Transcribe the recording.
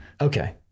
okay